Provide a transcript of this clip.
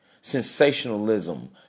sensationalism